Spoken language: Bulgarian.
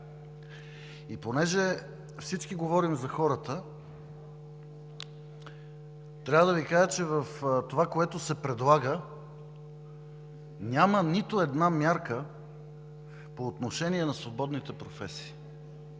Понеже всички говорим за хората, трябва да Ви кажа, че в това, което се предлага, няма нито една мярка по отношение на свободните професии